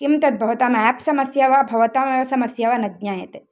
किं तद् भवतां एप् समस्या वा भवतामेव समस्या वा न ज्ञायते